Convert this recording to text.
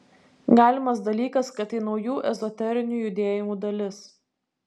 galimas dalykas kad tai naujų ezoterinių judėjimų dalis